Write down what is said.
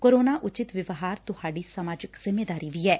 corona ਉਚਿਤ ਵਿਵਹਾਰ ਤੁਹਾਡੀ ਸਮਾਜਿਕ ਜਿੰਮੇਵਾਰੀ ਵੀ ਐ